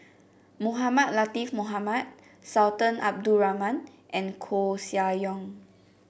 Mohamed Latiff Mohamed Sultan Abdul Rahman and Koeh Sia Yong